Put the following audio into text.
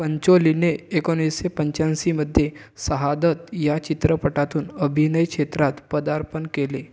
पंचोलीने एकोणीशे पंच्याऐंशीमध्ये शहादत या चित्रपटातून अभिनयक्षेत्रात पदार्पण केले